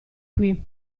qui